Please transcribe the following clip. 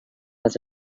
was